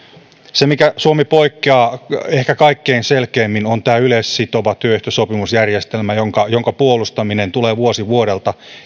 se missä suomi poikkeaa ehkä kaikkein selkeimmin on tämä yleissitova työehtosopimusjärjestelmä jonka jonka perusteleminen tulee vuosi vuodelta